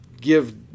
give